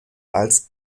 als